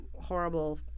horrible